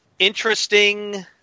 interesting